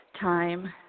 time